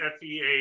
FEA